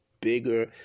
bigger